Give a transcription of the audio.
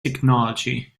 technology